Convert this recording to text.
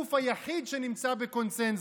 הגוף היחיד שנמצא בקונסנזוס.